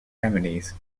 remedies